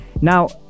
Now